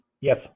Yes